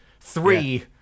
three